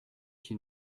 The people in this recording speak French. qui